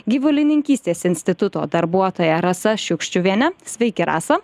gyvulininkystės instituto darbuotoja rasa šiukščiuviene sveiki rasa